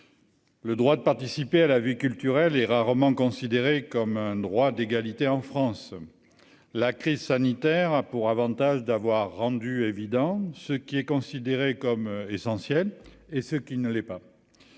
le droit de participer à la vie culturelle est rarement considéré comme un droit d'égalité en France la crise sanitaire a pour Avantage d'avoir rendu évident, ce qui est considéré comme essentiel et ce qui ne l'est pas,